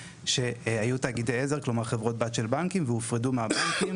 שהיו תאגידי עזר כלומר חברות בת של בנקים והופרדו מהבנקים,